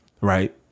right